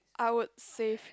I would save